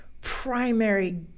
primary